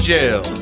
Jail